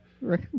right